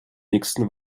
nächsten